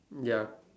ya